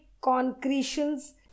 concretions